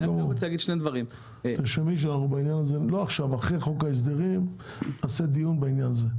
תרשמי שאנחנו נעשה דיון בעניין הזה.